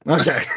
okay